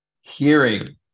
Hearing